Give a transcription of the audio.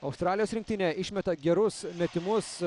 australijos rinktinė išmeta gerus metimus